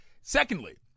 Secondly